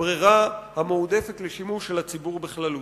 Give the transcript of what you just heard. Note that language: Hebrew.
לברירה המועדפת לשימוש על הציבור בכללותו.